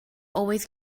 always